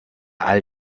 all